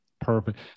Perfect